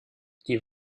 die